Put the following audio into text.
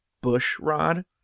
Bushrod